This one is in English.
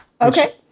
Okay